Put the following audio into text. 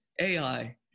AI